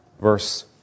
verse